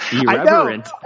Irreverent